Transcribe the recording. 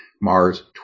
Mars